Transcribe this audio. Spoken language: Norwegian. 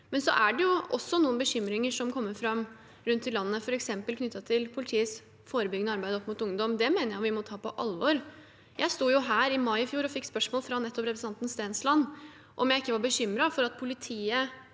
selvsagt. Det er også noen bekymringer som kommer fram rundt i landet, f.eks. knyttet til politiets forebyggende arbeid opp mot ungdom. Det mener jeg vi må ta på alvor. Jeg sto her i mai i fjor og fikk spørsmål fra nettopp representanten Stensland om jeg ikke var bekymret for at politiet